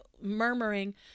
murmuring